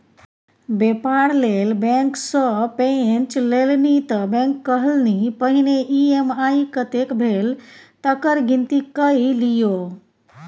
बेपार लेल बैंक सँ पैंच लेलनि त बैंक कहलनि पहिने ई.एम.आई कतेक भेल तकर गिनती कए लियौ